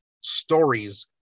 stories